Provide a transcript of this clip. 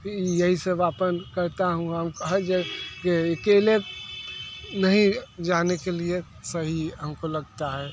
ई यही सब अपन करता हूँ हम हर जगह के केले नहीं जाने के लिए सही हमको लगता है